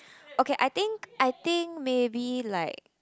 okay I think I think maybe like